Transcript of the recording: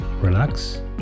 relax